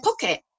pocket